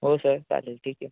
हो सर चालेल ठीक आहे